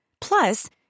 Plus